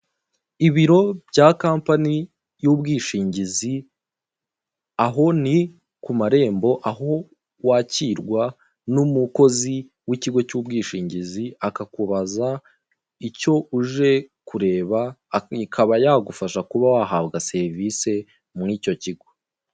Ibiro bya kompani y'ubwishingizi aho ni ku marembo aho wakirwa n'umukozi w'ikigo cy'ubwishingizi akakubaza icyo uje kureba akaba yagufasha kuba wahabwa serivisi muri icyo kigo.